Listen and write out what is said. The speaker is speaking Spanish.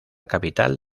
capital